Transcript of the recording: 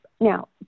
now